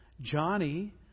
Johnny